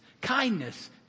kindness